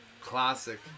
classic